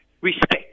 respect